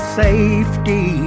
safety